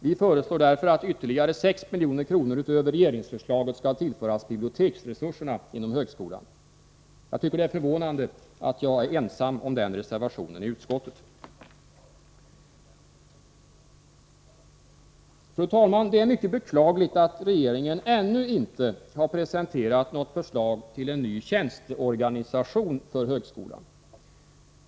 Vi föreslår därför att ytterligare 6 milj.kr. utöver regeringsförslaget skall tillföras biblioteksresurserna inom högskolan. Jag tycker det är förvånande att jag är ensam om den reservationen i utskottet. Fru talman! Det är mycket beklagligt att regeringen ännu inte har presenterat något förslag till en ny tjänsteorganisation för högskolan.